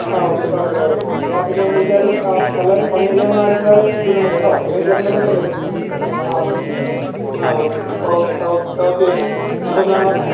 ആ okay okay okay ആ പിന്നെ നീറ്റായിട്ട് നല്ല പണി അറിയാവുന്ന ആൾക്കാരെ വിടണം കേട്ടോ അല്ലെങ്കിൽ ചേട്ടൻ വരുന്നുണ്ടെങ്കിലേ ആ ആ ഓ ഓ ഓക്കേ അപ്പം കാണാം